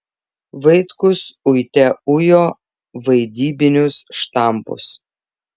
vaitkus uite ujo vaidybinius štampus